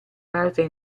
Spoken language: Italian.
parte